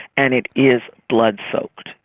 and it is blood-soaked.